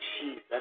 Jesus